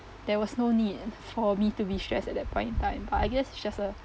there was no need for me to be stressed at that point in time but I guess it's just uh